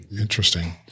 Interesting